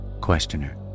Questioner